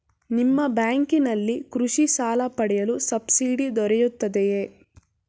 ನಿಮ್ಮ ಬ್ಯಾಂಕಿನಲ್ಲಿ ಕೃಷಿ ಸಾಲ ಪಡೆಯಲು ಸಬ್ಸಿಡಿ ದೊರೆಯುತ್ತದೆಯೇ?